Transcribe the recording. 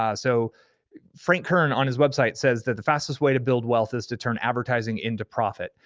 ah so frank kern on his website says that the fastest way to build wealth is to turn advertising into profit,